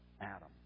Adam